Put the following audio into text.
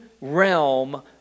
realm